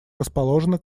расположена